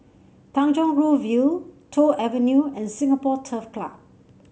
Tanjong Rhu View Toh Avenue and Singapore Turf Club